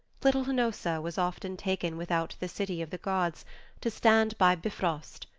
little hnossa was often taken without the city of the gods to stand by bifrost,